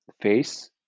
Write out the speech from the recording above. face